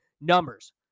numbers